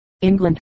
England